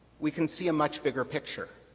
we can see a much bigger picture.